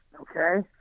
Okay